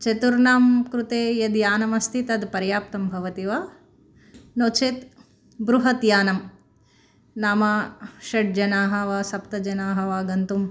चतुर्णां कृते यद् यानम् अस्ति तद् पर्याप्तं भवति वा नो चेत् बृहत् यानं नाम षड् जनाः वा सप्त जनाःवा गन्तुम्